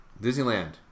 Disneyland